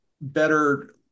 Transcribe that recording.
better